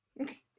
Okay